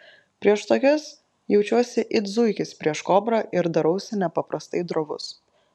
prieš tokias jaučiuosi it zuikis prieš kobrą ir darausi nepaprastai drovus